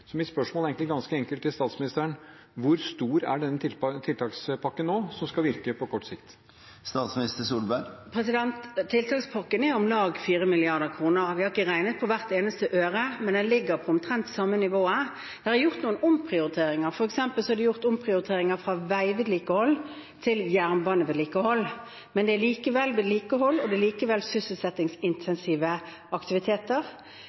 Så mitt spørsmål er egentlig ganske enkelt til statsministeren: Hvor stor er denne tiltakspakken nå, som skal virke på kort sikt? Tiltakspakken er om lag 4 mrd. kr. Vi har ikke regnet på hver eneste øre, men det ligger på omtrent samme nivået. Det er gjort noen omprioriteringer, f.eks. er det gjort omprioriteringer fra veivedlikehold til jernbanevedlikehold. Men det er likevel vedlikehold, og det er likevel sysselsettingsintensive aktiviteter,